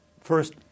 first